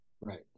Right